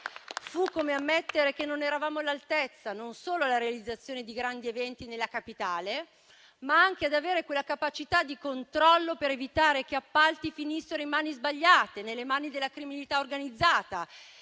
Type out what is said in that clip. Fu come ammettere che non eravamo all'altezza non solo della realizzazione di grandi eventi nella capitale, ma anche di avere quella capacità di controllo per evitare che appalti finissero in mani sbagliate, nelle mani della criminalità organizzata